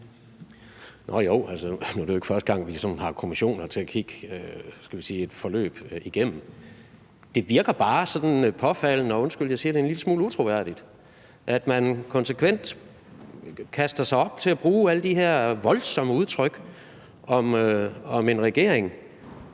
Nå, jo, altså, nu er det jo ikke første gang, vi sådan har kommissioner til at kigge, skal vi sige et forløb igennem. Det virker bare sådan påfaldende, og undskyld, jeg siger det, en lille smule utroværdigt, at man konsekvent svinger sig op til at bruge alle de her voldsomme udtryk om en regering,